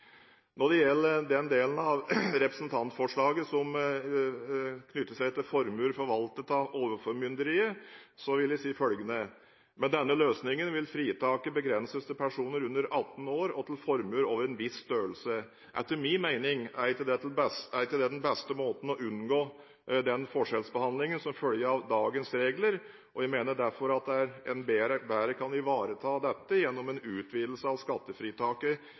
Når det gjelder den delen av representantforslaget som knytter seg til formuer forvaltet av Overformynderiet, vil jeg si følgende: Med denne løsningen vil fritaket begrenses til personer under 18 år og til formuer over en viss størrelse. Etter min mening er ikke det den beste måten å unngå den forskjellsbehandlingen som følger av dagens regler. Jeg mener at en bedre kan ivareta dette gjennom en utvidelse av skattefritaket